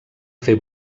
fer